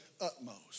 utmost